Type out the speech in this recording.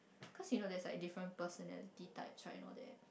cause you know there's like different personality types right and all that